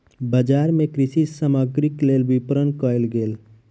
बजार मे कृषि सामग्रीक लेल विपरण कयल गेल